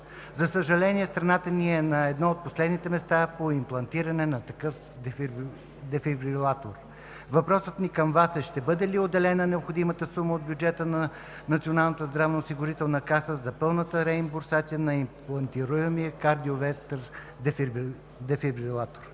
За съжаление, страната ни е на едно от последните места по имплантиране на такъв дефибрилатор. Въпросът ми към Вас е: ще бъде ли отделена необходимата сума от бюджета на Националната здравноосигурителна каса за пълната реимбурсация на имплантируемия кардиовертер дефибрилатор?